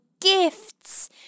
gifts